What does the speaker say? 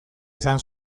izan